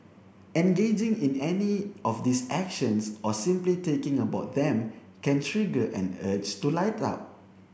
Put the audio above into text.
engaging in any of these actions or simply thinking about them can trigger an urge to light up